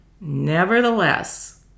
Nevertheless